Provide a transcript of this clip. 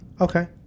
Okay